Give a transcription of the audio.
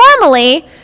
normally